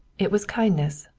it was kindness,